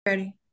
Ready